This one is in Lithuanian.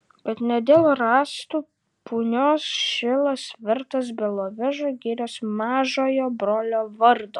bet ne dėl rąstų punios šilas vertas belovežo girios mažojo brolio vardo